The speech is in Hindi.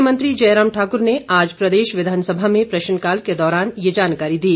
मुख्यमंत्री जयराम ठाकुर ने आज प्रदेश विधानसभा में प्रश्नकाल के दौरान ये जानकारी दी